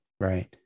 Right